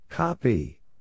Copy